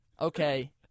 okay